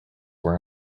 were